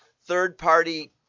third-party